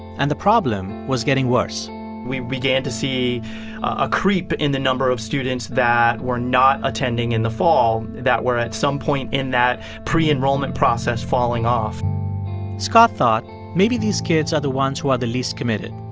and the problem was getting worse we began to see a creep in the number of students that were not attending in the fall, that were at some point in that pre-enrollment process falling off scott thought maybe these kids are the ones who are the least committed,